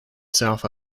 south